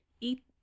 eat